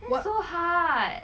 that's so hard